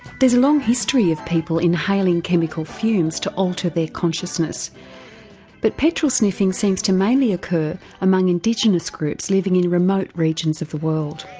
there's long history of people inhaling chemical fumes to alter their consciousness but petrol sniffing seems to mainly occur among indigenous groups living in remote regions of the world.